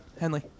Henley